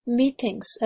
meetings